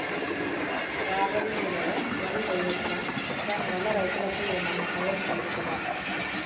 రాగడి నేలలో వరి వేయచ్చా దాని వల్ల రైతులకు ఏమన్నా భయం కలుగుతదా?